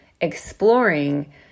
exploring